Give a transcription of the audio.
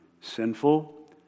sinful